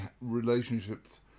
relationships